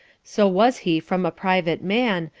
so was he from a private man,